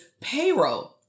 payroll